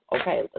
Okay